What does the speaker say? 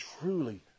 truly